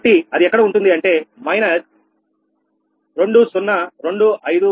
కాబట్టి అది ఎక్కడ ఉంటుంది అంటే 20255